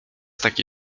taki